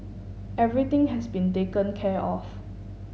everything has been taken care of